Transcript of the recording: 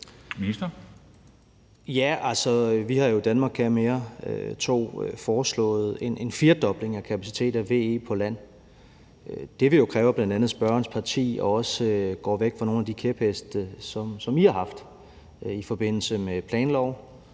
Altså, vi har i »Danmark kan mere II« foreslået en firedobling af kapaciteten af VE på land. Det vil jo kræve, at bl.a. spørgerens parti også går væk fra nogle af de kæpheste, som I har haft i forbindelse med planloven